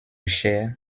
cher